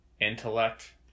intellect